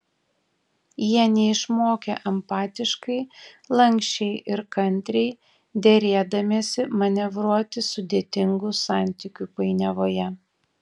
jie neišmokę empatiškai lanksčiai ir kantriai derėdamiesi manevruoti sudėtingų santykių painiavoje